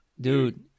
Dude